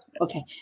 Okay